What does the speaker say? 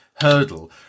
hurdle